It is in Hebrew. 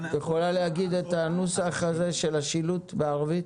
את יכולה להגיד את הנוסח הזה של השילוט בערבית?